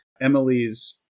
Emily's